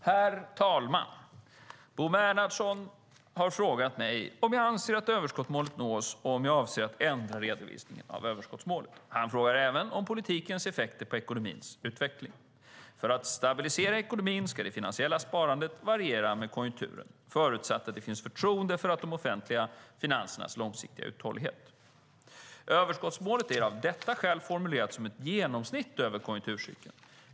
Herr talman! Bo Bernhardsson har frågat mig om jag anser att överskottsmålet nås och om jag avser att ändra redovisningen av överskottsmålet. Han frågar även om politikens effekter på ekonomins utveckling. För att stabilisera ekonomin ska det finansiella sparandet variera med konjunkturen förutsatt att det finns förtroende för de offentliga finansernas långsiktiga uthållighet. Överskottsmålet är av detta skäl formulerat som ett genomsnitt över konjunkturcykeln.